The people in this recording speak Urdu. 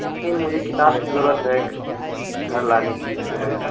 نہیں مجھے کتاب کی ضرورت ہے گھر لانے کی اس کی وجہ سے